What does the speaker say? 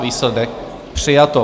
Výsledek: přijato.